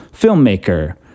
filmmaker